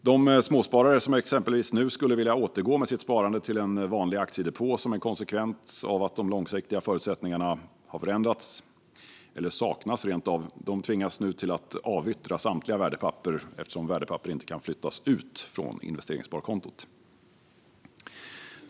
De småsparare som exempelvis nu skulle vilja återgå med sitt sparande till en vanlig aktiedepå som en konsekvens av att de långsiktiga förutsättningarna har förändrats, eller rent av saknas, tvingas nu till att avyttra samtliga värdepapper eftersom värdepapper inte kan flyttas ut från investeringssparkontot.